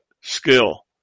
skill